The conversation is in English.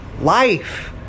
life